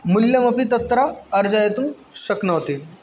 मूल्यमपि तत्र अर्जयितुं शक्नोति